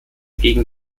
gegen